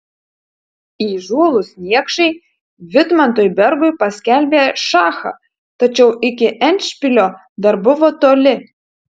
įžūlūs niekšai vidmantui bergui paskelbė šachą tačiau iki endšpilio dar buvo toli